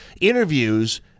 interviews